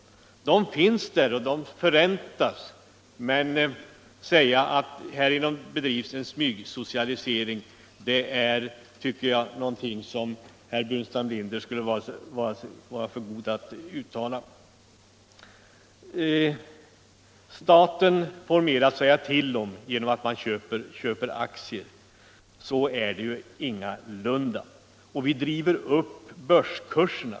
De pengarna finns där, och de förräntas, "men att säga att smygsocialisering förekommer, det tycker jag är någonting som herr Burenstam Linder borde hålla sig för god för. Staten får mer att säga till om genom att fjärde fonden köper aktier, sägs det vidare. Så är det ingalunda. Och det hävdas att vi driver upp börskurserna.